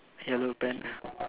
yellow pen